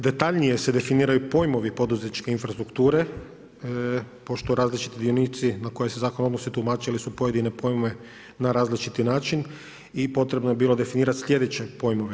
Detaljnije se definiraju pojmovi poduzetničke infrastrukture, pošto različiti dionici, na koje se zakon odnosi, tumačili su pojedine pojmove na različiti način i potrebno je bilo definirati sljedeće pojmove.